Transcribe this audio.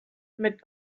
mit